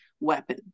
weapon